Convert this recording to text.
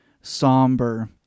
somber